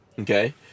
Okay